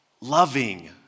loving